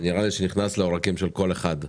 שנראה לי שנכנס לעורקים של כל אחד.